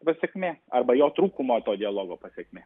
pasekmė arba jo trūkumo to dialogo pasekmė